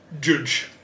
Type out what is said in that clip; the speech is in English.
judge